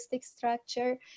structure